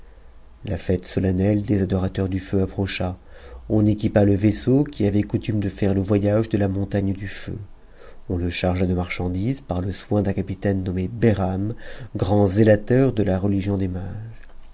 la fête solennelle des adorateurs du feu approcha on équipa le vaisseau qui avait coutume de faire le voyage de la montagne du feu on le chargea de marchandises par le soin d'un capitaine nommé behram grand zélateur de la religion des